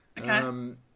Okay